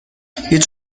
هیچ